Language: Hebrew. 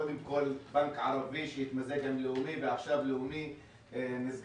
קודם כול בנק ערבי שהתמזג עם לאומי ועכשיו לאומי נסגר.